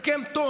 הסכם טוב.